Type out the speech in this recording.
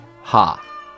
Ha